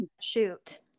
shoot